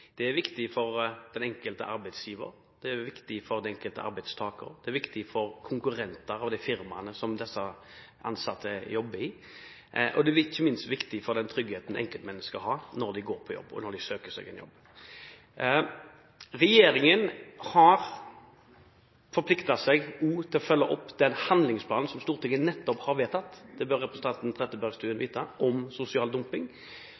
Det er viktig for den enkelte arbeidsgiver, for den enkelte arbeidstaker og det er viktig for konkurrenter og de firmaene som disse ansatte jobber i, og det er ikke minst viktig for den tryggheten enkeltmennesker skal ha når de går på jobb og når de søker seg en jobb. Regjeringen har også forpliktet seg til å følge opp den handlingsplanen om sosial dumping, som